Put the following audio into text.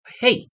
Hey